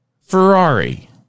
Ferrari